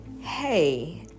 hey